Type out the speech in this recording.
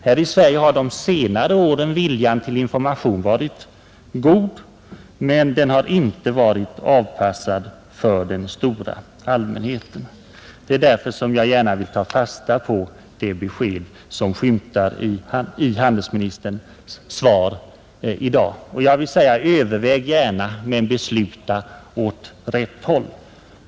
Hos oss har under senare år viljan till information varit god, men informationen har inte varit avpassad för den stora allmänheten. Det är därför som jag vill ta fasta på det besked som skymtar i handelsministerns svar i dag. Överväg gärna, men besluta åt rätt håll!